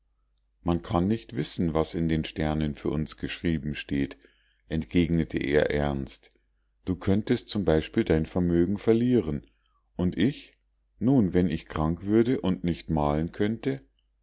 man kann nicht wissen was in den sternen für uns geschrieben steht entgegnete er ernst du könntest zum beispiel dein vermögen verlieren und ich nun wenn ich krank würde und nicht malen könnte